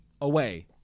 away